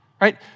right